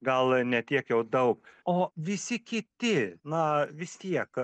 gal ne tiek jau daug o visi kiti na vis tiek